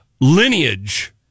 lineage